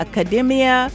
Academia